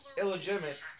illegitimate